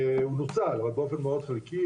הוא נוצל אבל באופן מאוד חלקי.